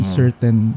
certain